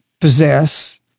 possess